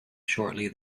shortly